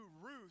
Ruth